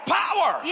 power